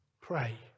Pray